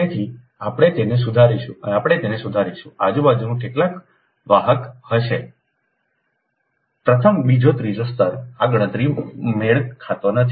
તેથી આપણે તેને સુધારીશું આપણે તેને સુધારીશું આજુબાજુ કેટલા વાહક હશે સંદર્ભ લો 2558 પ્રથમ બીજો ત્રીજો સ્તર આ ગણતરી મેળ ખાતો નથી